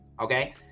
okay